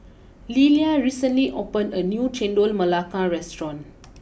Lelia recently opened a new Chendol Melaka restaurant